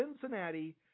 Cincinnati